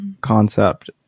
concept